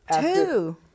Two